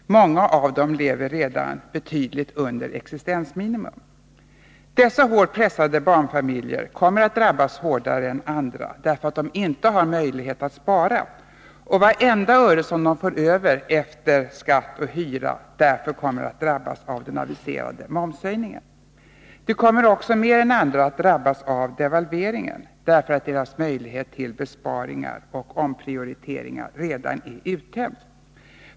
Många av dem lever redan betydligt under existensminimum. Dessa hårt pressade barnfamiljer kommer att drabbas hårdare än andra, därför att de inte har möjlighet att spara, och vartenda öre som de får över efter skatt och hyra kommer därför att drabbas av den aviserade momshöjningen. De kommer också mer än andra att drabbas av devalveringen, därför att deras möjlighet till besparingar och omprioriteringar redan är uttömd.